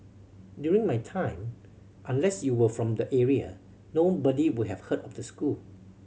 during my time unless you were from the area nobody would have heard of the school